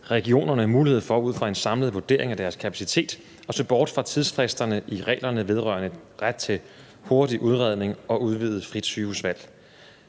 regionerne mulighed for ud fra en samlet vurdering af deres kapacitet at se bort fra tidsfristerne i reglerne vedrørende ret til hurtig udredning og udvidet frit sygehusvalg.